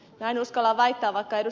näin uskallan väittää vaikka ed